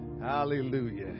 Hallelujah